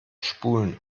spulen